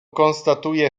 konstatuje